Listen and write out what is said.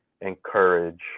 encourage